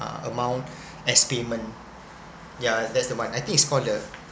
uh amount as payment yeah that's the one I think it's called the